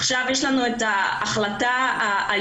עכשיו יש לנו את ההחלטה האיומה,